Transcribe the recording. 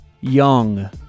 Young